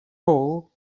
hole